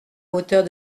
hauteur